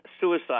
suicide